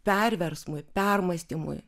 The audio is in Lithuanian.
perversmui permąstymui